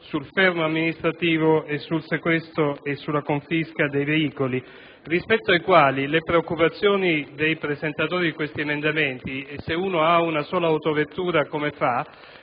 sul fermo amministrativo e sul sequestro e la confisca dei veicoli, rispetto ai quali le preoccupazioni dei presentatori degli emendamenti (come fare se si possiede una sola autovettura) possono